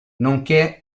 nonché